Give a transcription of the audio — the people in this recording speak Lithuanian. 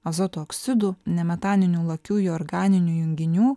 azoto oksidų nemetaninių lakiųjų organinių junginių